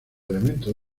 elementos